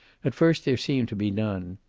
at first there seemed to be none.